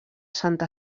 santa